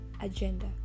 agenda